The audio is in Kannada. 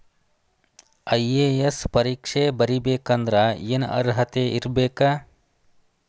ಐ.ಎ.ಎಸ್ ಪರೇಕ್ಷೆ ಬರಿಬೆಕಂದ್ರ ಏನ್ ಅರ್ಹತೆ ಇರ್ಬೇಕ?